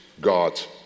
God's